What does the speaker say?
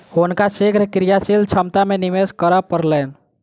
हुनका शीघ्र क्रियाशील दक्षता में निवेश करअ पड़लैन